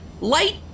light